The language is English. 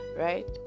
right